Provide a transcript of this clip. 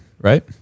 Right